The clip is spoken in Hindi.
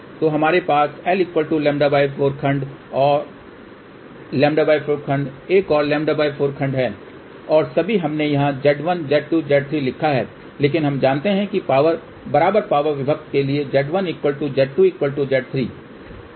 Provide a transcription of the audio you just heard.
तो हमारे पास lλ4 खंड एक और λ4 खंड एक और λ4 खंड है और अभी हमने यहां Z1 Z2 Z3 लिखा है लेकिन हम जानते हैं कि बराबर पावर विभक्त के लिये Z1 Z2 Z3